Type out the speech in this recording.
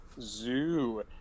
Zoo